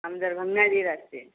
हम दरभंगा जिला से